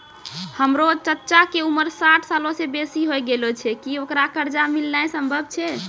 हमरो चच्चा के उमर साठ सालो से बेसी होय गेलो छै, कि ओकरा कर्जा मिलनाय सम्भव छै?